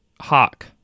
Hawk